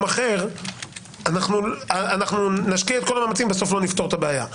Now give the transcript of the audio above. אחר אנחנו נשקיע את כל המאמצים ובסוף לא נפתור את הבעיה.